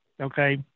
Okay